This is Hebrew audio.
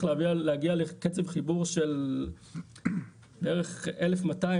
לקצב חיבור של בערך 1,200,